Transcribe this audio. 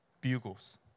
bugles